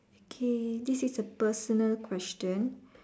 okay this is a personal question